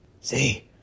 See